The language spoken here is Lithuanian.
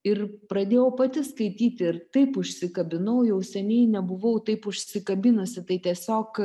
ir pradėjau pati skaityti ir taip užsikabinau jau seniai nebuvau taip užsikabinusi tai tiesiog